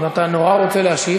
אם אתה נורא רוצה להשיב.